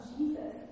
Jesus